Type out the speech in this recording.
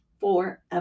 forever